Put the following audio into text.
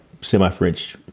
semi-French